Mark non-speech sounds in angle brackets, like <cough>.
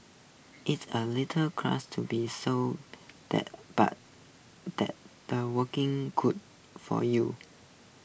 it's A little <unintelligible> to be so that but that's the working could for you